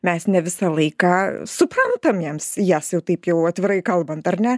mes ne visą laiką suprantam jiems jas jau taip jau atvirai kalbant ar ne